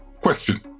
Question